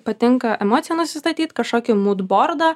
patinka emociją nusistatyt kažkokį mūdbordą